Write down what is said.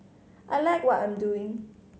I like what I'm doing